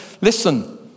Listen